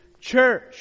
Church